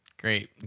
Great